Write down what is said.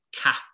cap